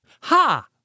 Ha